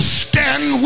stand